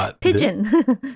Pigeon